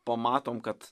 pamatom kad